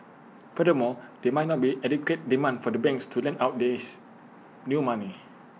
furthermore there might not be adequate demand for the banks to lend out this new money